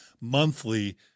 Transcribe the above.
monthly